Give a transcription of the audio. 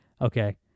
Okay